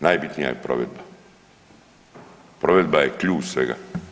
Najbitnija je provedba, provedba je ključ svega.